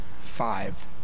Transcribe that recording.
five